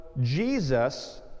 jesus